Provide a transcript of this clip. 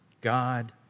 God